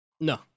No